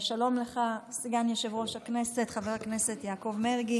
שלום לך, סגן יושב-ראש הכנסת חבר הכנסת יעקב מרגי.